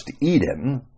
Eden